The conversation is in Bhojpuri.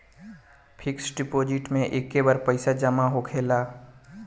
फिक्स डीपोज़िट मे एके बार पैसा जामा होखेला